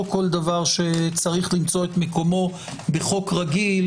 לא כל דבר שצריך למצוא מקומו בחוק רגיל